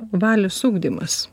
valios ugdymas